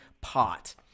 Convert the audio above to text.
pot